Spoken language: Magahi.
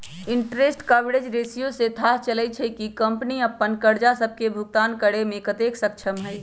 इंटरेस्ट कवरेज रेशियो से थाह चललय छै कि कंपनी अप्पन करजा सभके भुगतान करेमें कतेक सक्षम हइ